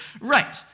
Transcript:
Right